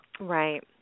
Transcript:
Right